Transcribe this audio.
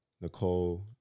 nicole